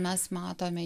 mes matome